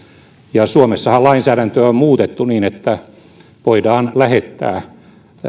ja suomessahan lainsäädäntöä on muutettu niin että voidaan lähettää